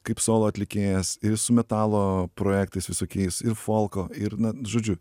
kaip solo atlikėjas ir su metalo projektais visokiais ir folko ir na žodžiu